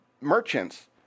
merchants